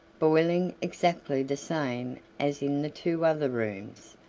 boiling, exactly the same as in the two other rooms,